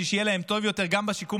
בשביל שיהיה להם טוב יותר גם בשיקום